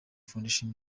foundation